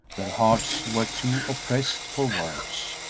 their hearts were too oppressed for words.